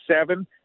seven